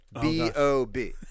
B-O-B